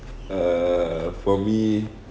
err for me